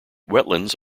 wetlands